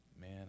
man